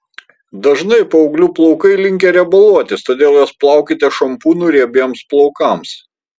dažnai paauglių plaukai linkę riebaluotis todėl juos plaukite šampūnu riebiems plaukams